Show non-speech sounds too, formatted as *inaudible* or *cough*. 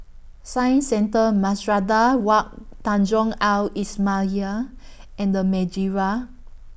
Science Centre *unintelligible* Wak Tanjong Al *unintelligible* *noise* and The Madeira